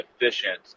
efficient